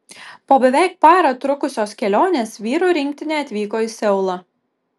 po beveik parą trukusios kelionės vyrų rinktinė atvyko į seulą